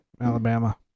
Alabama